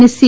અને સી